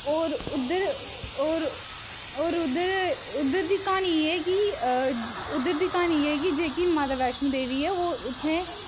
होर उद्धर होर उद्धर उद्धर दी क्हानी एह् ऐ कि उद्धर दी क्हानी एह् ऐ कि जेह्की माता बैश्णो देवी ऐ ओह् उत्थें